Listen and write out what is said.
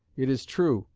it is true,